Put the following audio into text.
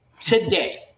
today